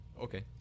Okay